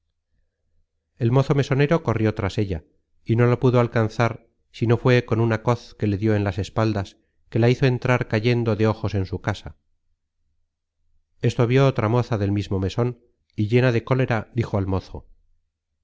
el mozo mesonero corrió tras ella y no la pudo alcanzar sino fué con una coz que le dió en las espaldas que la hizo entrar cayendo de ojos en su casa esto vió otra moza del mismo meson y llena de cólera dijo al mozo